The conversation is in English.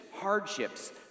hardships